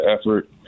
effort